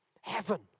Heaven